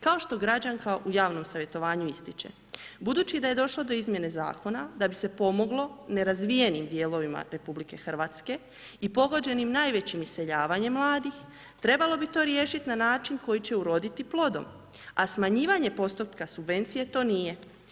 Kao što građanka u javnom savjetovanju ističe, budući da je došlo do izmjene zakona da bi se pomoglo nerazvijenim dijelovima RH i pogođenim najvećim iseljavanjem mladih trebalo bi to riješiti na način koji će uroditi plodom, a smanjivanje postotka subvencije to nije.